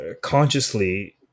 consciously